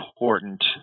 important